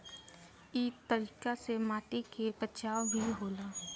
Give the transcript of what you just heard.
इ तरीका से माटी के बचाव भी होला